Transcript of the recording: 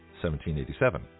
1787